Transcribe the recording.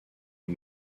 une